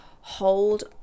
hold